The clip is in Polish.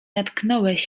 natknąłeś